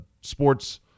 sports